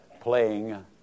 playing